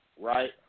right